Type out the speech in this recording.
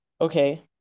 okay